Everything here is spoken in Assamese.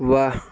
ৱাহ